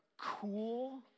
cool